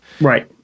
right